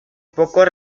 pocos